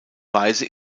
weise